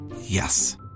Yes